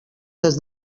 des